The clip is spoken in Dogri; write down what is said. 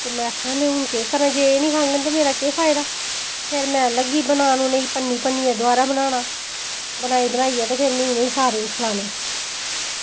ते आक्खनी जे एह् निं खाङन ते मेरा केह् फायदा ते फिर में लग्गी बनान दोआरा भन्नी भन्नियै बनाना बनाई बनाइयै ते फिर में इनेंगी सारें गी खलाने